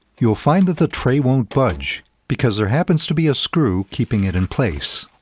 you'll find that the tray won't budge, because there happens to be a screw keeping it in place.